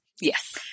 Yes